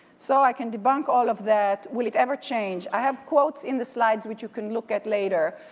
so i can debunk all of that. will it ever change? i have quotes in the slides which you can look at later.